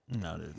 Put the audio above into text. No